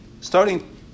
starting